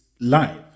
life